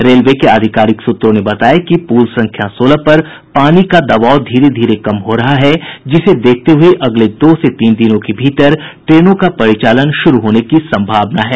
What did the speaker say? railway के आधिकारिक सूत्रों ने बताया कि पुल संख्या सोलह पर पानी का दबाव धीरे धीरे कम हो रहा है जिसे देखते हुए अगले दो से तीन दिनों के भीतर ट्रेनों का परिचालन शुरू होने की संभावना है